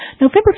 November